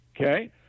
okay